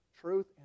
truth